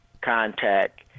contact